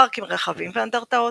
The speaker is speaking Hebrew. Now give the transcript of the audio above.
פארקים רחבים ואנדרטאות.